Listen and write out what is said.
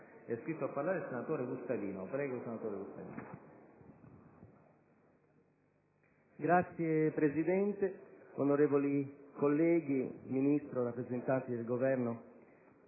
Signor Presidente, onorevoli colleghi, signor Ministro, rappresentanti del Governo,